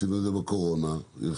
בקורונה אגב.